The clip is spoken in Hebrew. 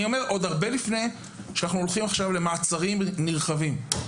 הרבה לפני שאנחנו הולכים למעצרים נרחבים,